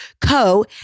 co